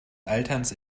alterns